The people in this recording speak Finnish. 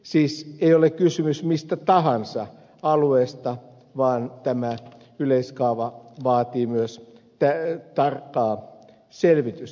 siis ei ole kysymys mistä tahansa alueesta vaan tämä yleiskaava vaatii myös tarkkaa selvitystä